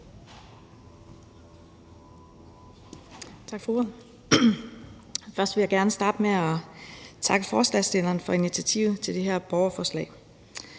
Tak for ordet. Jeg vil gerne starte med at takke forslagsstillerne for initiativet til det her borgerforslag.